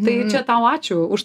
tai čia tau ačiū už